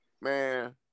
Man